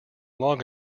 long